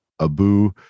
Abu